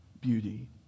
beauty